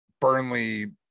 Burnley